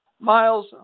Miles